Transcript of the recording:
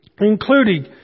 including